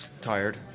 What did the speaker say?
Tired